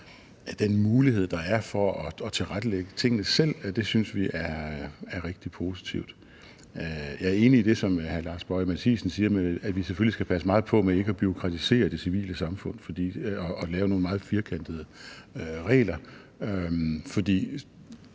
den mulighed, der er for at tilrettelægge tingene selv, synes vi er rigtig positivt. Jeg er enig i det, som hr. Lars Boje Mathiesen siger om, at vi selvfølgelig skal passe meget på med ikke at bureaukratisere det civile samfund og lave nogle meget firkantede regler,